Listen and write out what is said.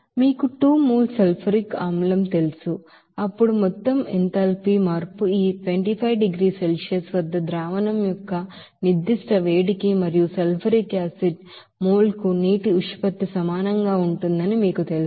మీకు 2 mole sulphuric ఆమ్లం తెలుసు అప్పుడు మొత్తం ఎంథాల్పీ మార్పు ఈ 25 డిగ్రీల సెల్సియస్ వద్ద ద్రావణం యొక్క నిర్దిష్ట వేడికి మరియు సల్ఫ్యూరిక్ యాసిడ్ మోల్ కు నీటి నిష్పత్తికి సమానంగా ఉంటుందని మీకు తెలుసు